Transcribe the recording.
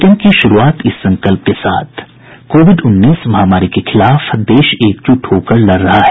bulletin की शुरूआत इस संकल्प के साथ कोविड उन्नीस महामारी के खिलाफ देश एकजुट होकर लड़ रहा है